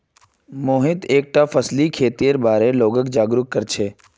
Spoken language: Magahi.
मोहित एकता फसलीय खेतीर बार लोगक जागरूक कर छेक